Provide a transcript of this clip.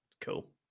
Cool